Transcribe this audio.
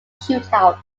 shootout